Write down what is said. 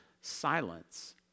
silence